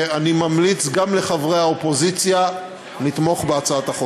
אני ממליץ גם לחברי האופוזיציה לתמוך בהצעת החוק.